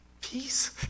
peace